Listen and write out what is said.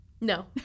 no